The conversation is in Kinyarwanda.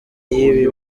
y’ibi